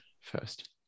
first